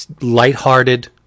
lighthearted